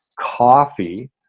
coffee